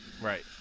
right